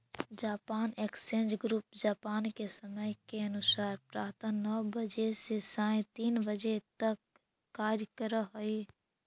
Japan exchange group Japan के समय के अनुसार प्रातः नौ बजे से सायं तीन बजे तक कार्य करऽ हइ